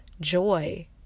joy